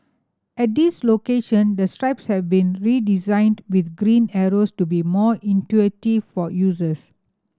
at these location the strips have been redesigned with green arrows to be more intuitive for users